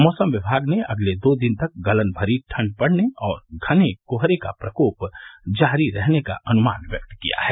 मैसम विभाग ने अगले दो दिन तक गलन भरी ठंड पड़ने और घने कोहरे का प्रकोप जारी रहने का अनुमान व्यक्त किया है